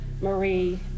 Marie